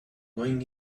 going